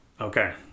Okay